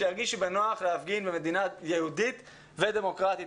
שירגישו בנוח להפגין במדינה יהודית ודמוקרטית,